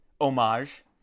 homage